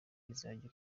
izajya